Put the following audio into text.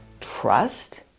trust